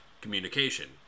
Communication